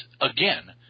again